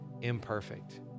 imperfect